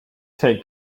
take